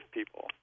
people